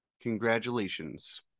Congratulations